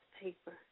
paper